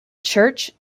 church